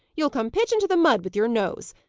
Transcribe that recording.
you'll come pitch into the mud with your nose.